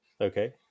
Okay